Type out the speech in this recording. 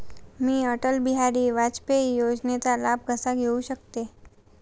मी अटल बिहारी वाजपेयी योजनेचा लाभ कसा घेऊ शकते?